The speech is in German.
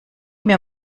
mir